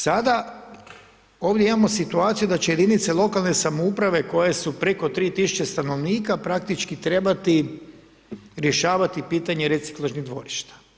Sada ovdje imamo situaciju da će jedinice lokalne samouprave, koje su preko 3000 stanovnika praktički trebati rješavati pitanje reciklažnom dvorišta.